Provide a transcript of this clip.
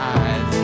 eyes